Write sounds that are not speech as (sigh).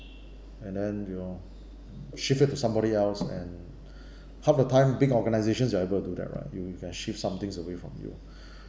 and then you're shift it to somebody else and (breath) half the time big organisations are able to do that right you you can shift somethings away from you (breath)